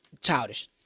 childish